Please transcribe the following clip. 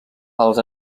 els